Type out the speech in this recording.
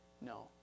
no